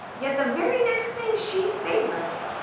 yet the very next thing she favorites